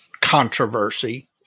controversy